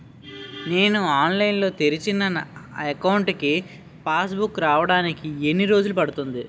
నేను ఆన్లైన్ లో తెరిచిన అకౌంట్ కి పాస్ బుక్ రావడానికి ఎన్ని రోజులు పడుతుంది?